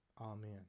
Amen